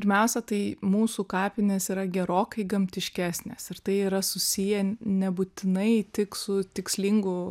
pirmiausia tai mūsų kapinės yra gerokai gamtiškesnės ir tai yra susiję nebūtinai tik su tikslingu